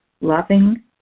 Loving